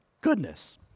goodness